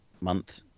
month